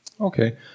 Okay